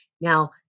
now